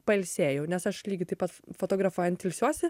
pailsėjau nes aš lygiai taip pat fotografuojant ilsiuosi